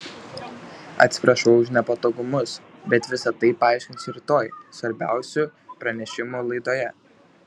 atsiprašau už nepatogumus bet visa tai paaiškinsiu rytoj svarbiausių pranešimų laidoje